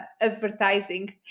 advertising